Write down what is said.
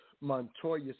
Montoya